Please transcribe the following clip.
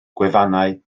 gwefannau